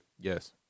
Yes